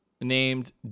named